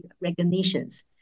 recognitions